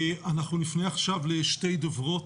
אנחנו נפנה עכשיו לשתי דוברות,